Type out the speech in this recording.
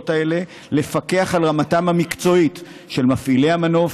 האלה לפקח על רמתם המקצועית של מפעילי המנוף,